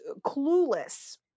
clueless